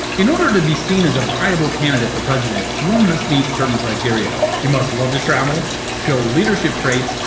in order to be seen as a viable candidate for president, one must meet certain criteria. you must love to travel, show leadership traits,